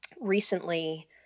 recently